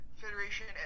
Federation